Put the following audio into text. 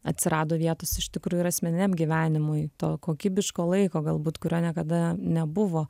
atsirado vietos iš tikrųjų ir asmeniniam gyvenimui to kokybiško laiko galbūt kurio niekada nebuvo